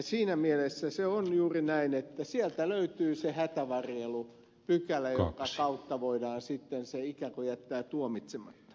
siinä mielessä se on juuri näin että sieltä löytyy se hätävarjelupykälä jonka kautta voidaan sitten ikään kuin jättää tuomitsematta